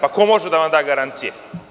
Pa, ko može da vam da garancije?